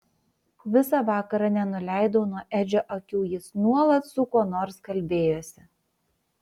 visą vakarą nenuleidau nuo edžio akių jis nuolat su kuo nors kalbėjosi